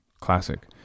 Classic